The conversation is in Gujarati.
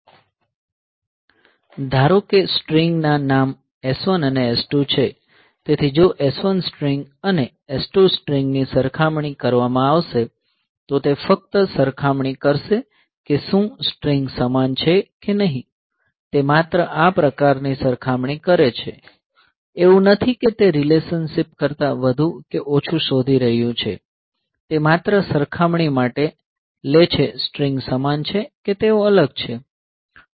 ધારો કે સ્ટ્રીંગ ના નામ S1 અને S2 છે તેથી જો S1 સ્ટ્રિંગ અને S2 સ્ટ્રિંગની સરખામણી કરવામાં આવશે તો તે ફક્ત સરખામણી કરશે કે શું સ્ટ્રીંગ સમાન છે કે નહીં તે માત્ર આ પ્રકારની સરખામણી કરે છે એવું નથી કે તે રિલેશનશિપ કરતાં વધુ કે ઓછું શોધી રહ્યું છે તે માત્ર સરખામણી માટે લે છે સ્ટ્રીંગ સમાન છે કે તેઓ અલગ છે